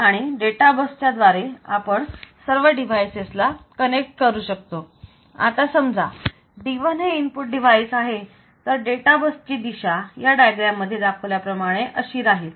आणि data bus च्या द्वारे आपण सर्व डिव्हाइसेस ला कनेक्ट करू शकतो आता समजा D1 हे इनपुट डिवाइस आहे तर डेटा बस ची दिशा या डायग्राम मध्ये दाखवल्याप्रमाणे अशी राहील